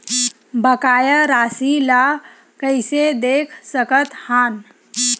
बकाया राशि ला कइसे देख सकत हान?